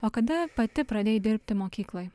o kada pati pradėjai dirbti mokykloj